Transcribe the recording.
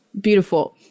beautiful